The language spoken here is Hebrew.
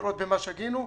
לראות במה שגינו.